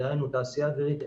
דהיינו תעשייה אווירית,